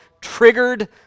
triggered